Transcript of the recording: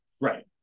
Right